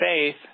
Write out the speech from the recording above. faith